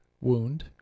wound